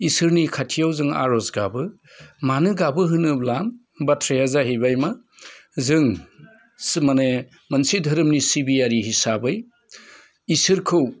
इसोरनि खाथियाव जोङो आर'ज गाबो मानो गाबो होनोब्ला बाथ्राया जाहैबायमा जों माने मोनसे धोरोमनि सिबियारि हिसाबै इसोरखौ